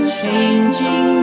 changing